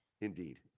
Indeed